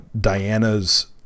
Diana's